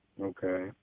Okay